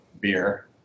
beer